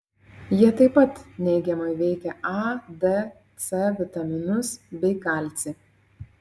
jie tai pat neigiamai veikia a d c vitaminus bei kalcį